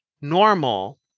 normal